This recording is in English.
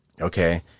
Okay